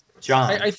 John